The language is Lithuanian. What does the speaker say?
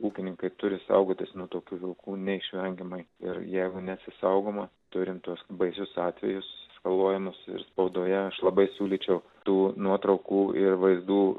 ūkininkai turi saugotis nuo tokių vilkų neišvengiamai ir jeigu nesisaugoma turime tuos baisius atvejus sužalojimus ir spaudoje aš labai siūlyčiau tų nuotraukų ir vaizdų